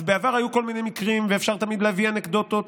אז בעבר היו כל מיני מקרים ואפשר תמיד להביא אנקדוטות,